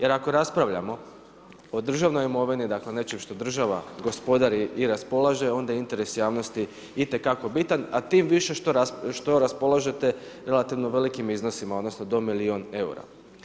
Jer ako raspravljamo o državnom imovini, dakle nečem što država gospodari i raspolaže onda je interes javnosti itekako bitan a tim više što raspolažete relativno velikim iznosima odnosno do milijun eura.